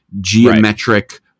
geometric